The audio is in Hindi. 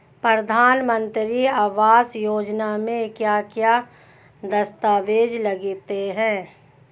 प्रधानमंत्री आवास योजना में क्या क्या दस्तावेज लगते हैं?